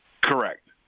Correct